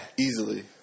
Easily